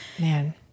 man